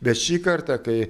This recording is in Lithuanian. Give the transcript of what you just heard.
bet šį kartą kai